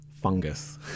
fungus